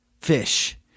fish